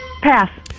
Pass